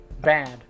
Bad